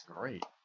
great